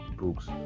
books